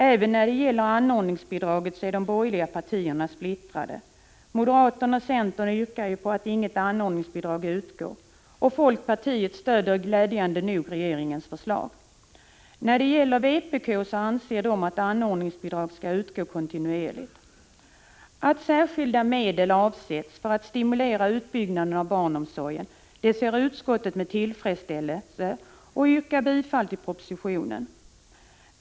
Även när det gäller anordningsbidraget är de borgerliga partierna splittrade. Moderaterna och centern yrkar att inget anordningsbidrag skall utgå. Folkpartiet stöder glädjande nog regeringens förslag. Vpk anser att anordningsbidrag skall utgå kontinuerligt. Att särskilda medel avsätts för att stimulera utbyggnaden av barnomsorgen ser utskottet med tillfredsställelse och tillstyrker propositionen.